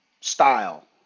style